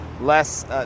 less